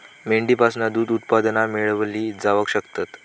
मेंढीपासना दूध उत्पादना मेळवली जावक शकतत